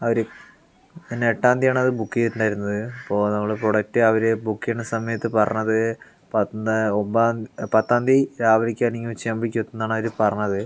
അവർ ഞാൻ ഏട്ടാന്തിയാണ് അത് ബുക്ക് ചെയ്തിട്ടുണ്ടായിരുന്നത് അപ്പോൾ നമ്മളുടെ പ്രൊഡക്റ്റ് അവർ ബുക്ക് ചെയ്യുന്ന സമയത്ത് പറഞ്ഞത് പത്ത് ഒൻപത് പത്താന്തി രാവിലെ അല്ലെങ്കിൽ ഉച്ചയൊക്കെ ആകുമ്പോൾ എത്തും എന്നാണ് അവർ പറഞ്ഞത്